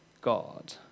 God